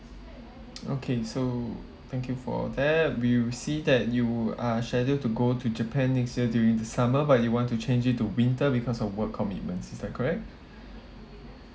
okay so thank you for that we'll see that you are scheduled to go to japan next year during the summer but you want to change it to winter because of work commitments is that correct